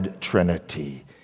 Trinity